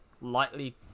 Lightly